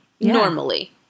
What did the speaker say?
normally